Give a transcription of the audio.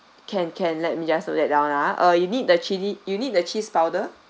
can can let me just note that down ah uh you need the chili you need the cheese powder